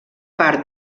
part